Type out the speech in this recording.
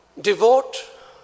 devote